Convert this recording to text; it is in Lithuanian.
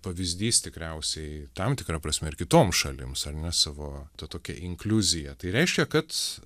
pavyzdys tikriausiai tam tikra prasme ir kitoms šalims ar ne savo ta tokia inkliuzija tai reiškia kad